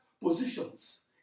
positions